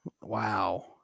Wow